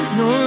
no